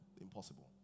impossible